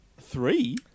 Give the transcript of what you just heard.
Three